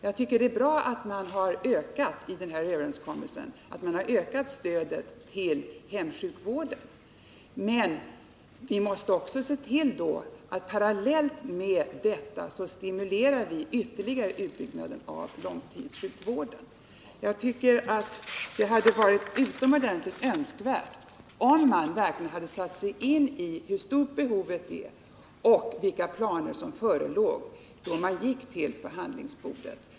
Jag tycker det är bra att man i den här överenskommelsen har ökat stödet till hemsjukvården, men vi måste också se till att parallellt med detta ytterligare stimulera utbyggnaden av långtidssjukvården. Det hade varit utomordentligt önskvärt om man verkligen hade satt sig in i hur stort behovet är och vilka planer som förelåg, då man gick till förhandlingsbordet.